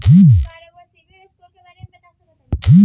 का रउआ सिबिल स्कोर के बारे में बता सकतानी?